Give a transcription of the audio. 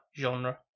genre